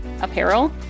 apparel